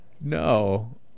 No